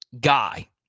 guy